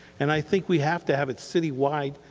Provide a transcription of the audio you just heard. and i think we have to have it citywide,